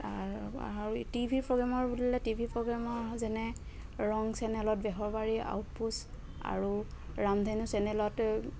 তাৰ পৰা আৰু টি ভি প্ৰ'গ্ৰেমৰ বুলিলে টি ভি প্ৰ'গ্ৰেমৰ যেনে ৰং চেনেলত বেহৰবাৰী আউটপোষ্ট আৰু ৰামধেনু চেনেলত